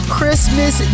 Christmas